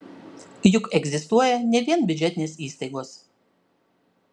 juk egzistuoja ne vien biudžetinės įstaigos